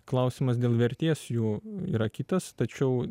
klausimas dėl vertės jų yra kitas tačiau